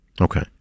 Okay